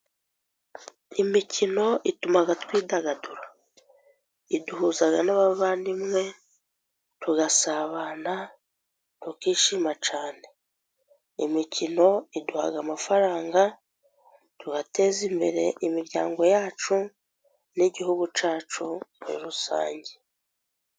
Imikino ituma twidagadura. Iduhuza n'abavandimwe, tugasabana tukishima cyane, imikino iduha amafaranga, tugateza imbere imiryango yacu, n'igihugu cyacu muri rusange.